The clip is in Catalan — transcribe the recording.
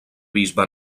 bisbe